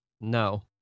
No